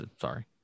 Sorry